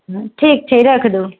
हूँ ठीक छै रख दू